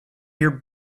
your